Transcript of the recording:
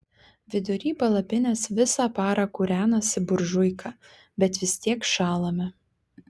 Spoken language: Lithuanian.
vidury palapinės visą parą kūrenasi buržuika bet vis tiek šąlame